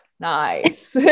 Nice